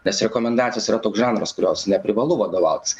nes rekomendacijos yra toks žanras kurios neprivalu vadovautis